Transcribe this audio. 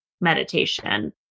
meditation